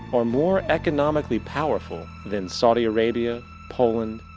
are more economically powerful than saudi arabia, poland,